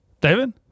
David